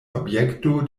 objekto